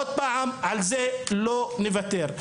עוד פעם, אנחנו לא נוותר על זה.